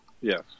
Yes